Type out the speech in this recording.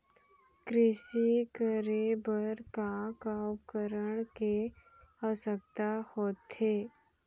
कृषि करे बर का का उपकरण के आवश्यकता होथे?